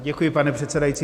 Děkuji, pane předsedající.